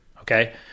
okay